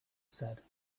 said